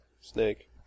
snake